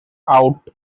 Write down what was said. out